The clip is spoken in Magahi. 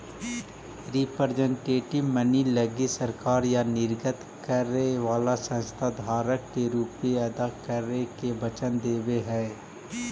रिप्रेजेंटेटिव मनी लगी सरकार या निर्गत करे वाला संस्था धारक के रुपए अदा करे के वचन देवऽ हई